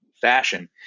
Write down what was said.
fashion